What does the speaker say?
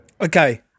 Okay